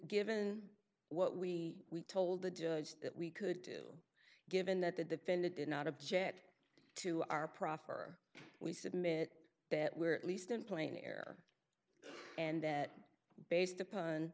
given what we told the judge that we could do given that the defendant did not object to our proffer we submit that we're at least in plain air and that based upon